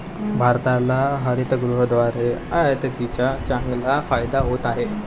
भारताला हरितगृहाद्वारे आयातीचा चांगला फायदा होत आहे